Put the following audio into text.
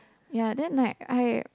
ya then like I